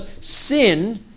sin